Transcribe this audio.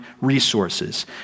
resources